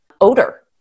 Odor